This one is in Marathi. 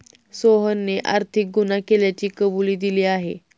सोहनने आर्थिक गुन्हा केल्याची कबुली दिली आहे